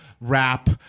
rap